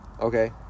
Okay